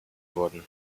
wurden